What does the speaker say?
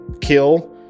kill